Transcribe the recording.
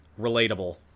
relatable